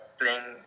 playing